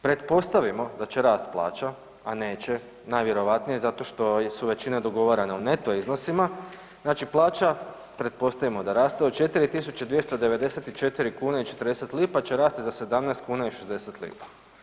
Pretpostavimo da će rasti plaća, a neće, najvjerojatnije zato što su većina dogovarana u neto iznosima, znači plaća, pretpostavimo da raste, od 4294 kune i 40 lipa će rasti za 17 kuna i 60 lipa.